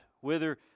whither